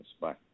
Bye